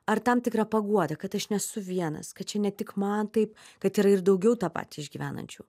ar tam tikra paguoda kad aš nesu vienas kad čia ne tik man taip kad yra ir daugiau tą patį išgyvenančių